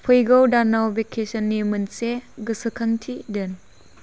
फैगौ दानाव भेकेसननि मोनसे गोसोखांथि दोन